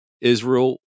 Israel